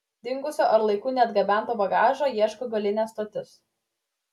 dingusio ar laiku neatgabento bagažo ieško galinė stotis